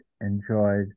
enjoyed